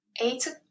eight